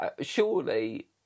surely